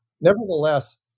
nevertheless